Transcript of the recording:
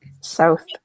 south